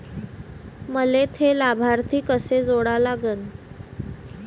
मले थे लाभार्थी कसे जोडा लागन?